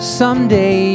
someday